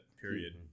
period